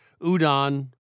udon